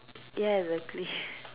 ya exactly